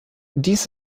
dies